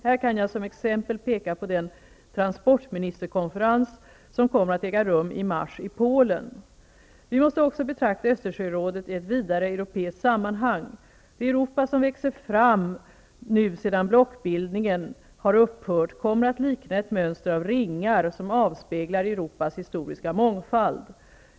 Här kan jag som exempel peka på den transportministerkonferens som kommer att äga rum i mars i Polen. Vi måste också betrakta Östersjörådet i ett vidare europeiskt sammanhang. Det Europa som växer fram nu, sedan blockbildningen har upphört, kommer att likna ett mönster av ringar, som avspeglar Europas historiska mångfald.